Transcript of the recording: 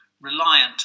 reliant